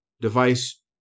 device